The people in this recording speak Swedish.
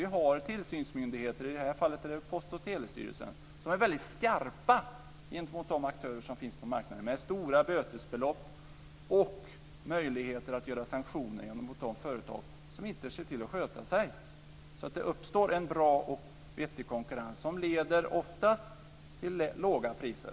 Vi har tillsynsmyndigheter - i det här fallet är det Post och telestyrelsen - som är väldigt skarpa gentemot de aktörer som finns på marknaden. Det handlar om stora bötesbelopp och möjligheter att göra sanktioner gentemot de företag som inte ser till att sköta sig, så att det uppstår en bra och vettig konkurrens som oftast leder till låga priser.